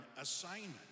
assignment